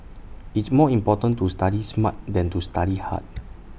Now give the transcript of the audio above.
it's more important to study smart than to study hard